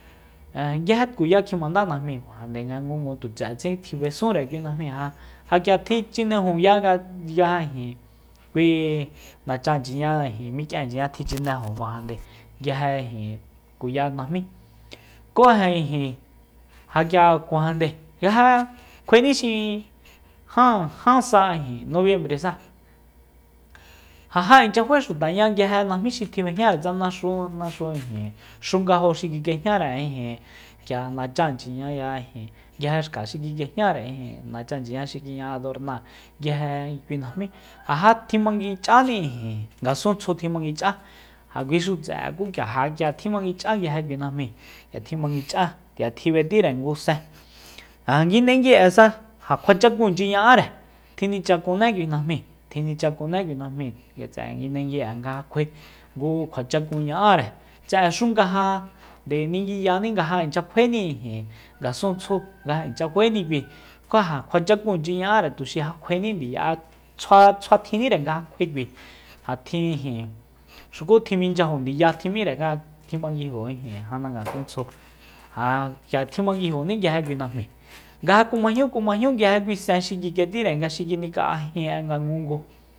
Ja nguije tkuya kjimandá najmíi kuajande nga ngungu tu tse'etse tjib'esunre kui najmíi ja- ja k'ia tjichinejuya nga ijin kui nachanchiña ijin mik'ienchiña tjichinejukuajande nguije ijin tkuya najmí kú ijin ja k'ia kuajande nga ja kjuaení xi jan- jan sa ijin nobiembresa ja ja ichya fae xutaña nguije najmí xi tjib'ejñare tsa naxu'e naxu'e ijin xungajo xi kik'ejñare ijin k'ia nachanchiñaya ijin nguije xka xi kik'ejñare ijin nachanchi'e xi kiña'a adornáa nguije kui najmi ja jatjimanguich'ani ijin ngasuntju tjimanguich'a ja kuixu tse'e ku ja k'ia tjimanguich'a nguije kui najmíi k'ia tjimanguich'á k'ia tjib'etire ngu sen ja nguindengui'esa ja kjuachakunci ña'áre tjinichakuné kui najmi tjinichakune kui najmi ngat'a nguindengui'e nga ja kjuae ngu kjua chakun ña'are tse'exu nga ja ndeninguiyani nga ja inchya faéni ijin ngasun tsju nga ja inchya fa'eni kui ku ja kjuachakunchi ña'are tuxi kjuaení ndiya'e tsjua- tsjua tjinnire nga ja kjuae kui ja tjin ijin xuku tjiminchyajo ndiya tjim'íre nga tjimanguijo ijin janda ngasuntsju ja k'ia kjimanguijoní nguije kui najmíi nga ja kumajñúkumajñú nguije kuisen xi kik'etíre nga xi kinika'a jin'e nga ngunngu